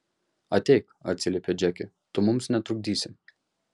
ateik atsiliepia džeke tu mums netrukdysi